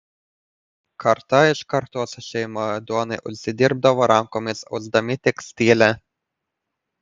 karta iš kartos šeima duonai užsidirbdavo rankomis ausdami tekstilę